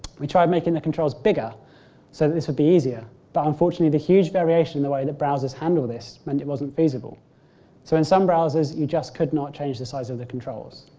we tried making the controls bigger so this would be easier but unfortunately the huge variation in the way that browsers handle this meant it wasn't feasible so in some browsers you could not change the size of the controls.